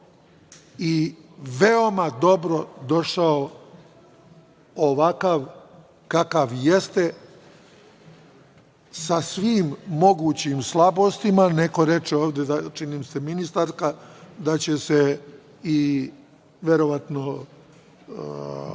i veoma dobro došao ovakav kakav jeste, sa svim mogućim slabostima, neko reče ovde, čini mi se ministarka, da će se verovatno